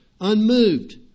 unmoved